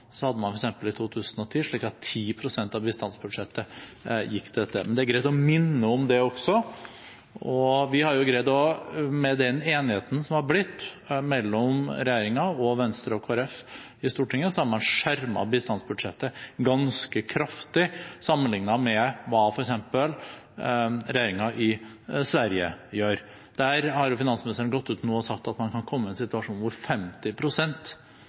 av bistandsbudsjettet i 2010 til dette. Det er greit å minne om det også. Vi har greid, med den enigheten som har blitt mellom regjeringen og Venstre og Kristelig Folkeparti i Stortinget, å skjerme bistandsbudsjettet ganske kraftig sammenliknet med hva f.eks. regjeringen i Sverige gjør. Der har finansministeren nå gått ut og sagt at man kan komme i en situasjon hvor